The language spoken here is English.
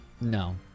No